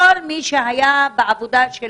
כל מי שהיה בעבודה.